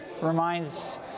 Reminds